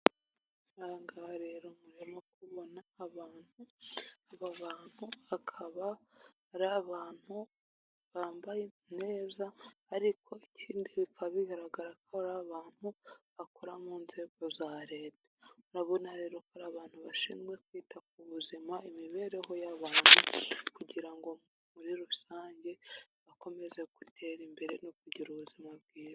Aha ngaha rero urimo kubona abantu aba bantu akaba ari abantu bambaye neza ariko ikindi bikaba bigaragara ko ari abantu bakora munzego za leta, urabona rero hari abantu bashinzwe kwita kubuzima, imibereho y'abantu kugira ngo muri rusange bakomeze gutera imbere no kugira ubuzima bwiza.